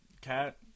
cat